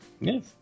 yes